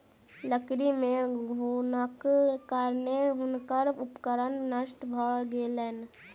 लकड़ी मे घुनक कारणेँ हुनकर उपकरण नष्ट भ गेलैन